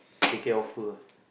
take care of her